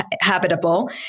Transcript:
habitable